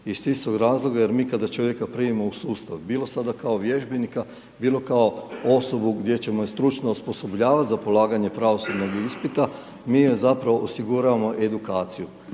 čistog razloga jer mi kada čovjeka primimo u sustav bilo sada kao vježbenika, bilo kao osobu gdje ćemo ju stručno osposobljavat za polaganje pravosudnog ispita mi je zapravo osiguramo edukaciju.